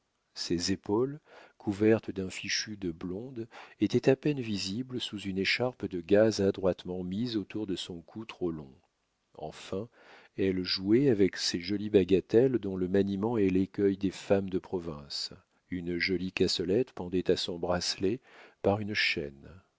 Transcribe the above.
ses épaules couvertes d'un fichu de blonde étaient à peine visibles sous une écharpe de gaze adroitement mise autour de son cou trop long enfin elle jouait avec ces jolies bagatelles dont le maniement est l'écueil des femmes de province une jolie cassolette pendait à son bracelet par une chaîne